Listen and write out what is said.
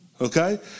Okay